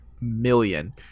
million